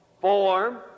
form